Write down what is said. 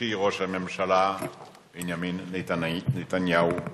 אישי ראש הממשלה בנימין נתניהו,